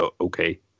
okay